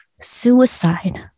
Suicide